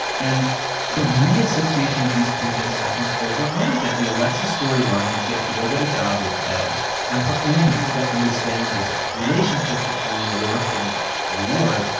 and the real association of these two things happens over and over again the alexis storyline when she has to go get a job with ted and her inability to understand this relationship between work and reward.